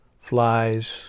flies